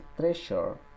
treasure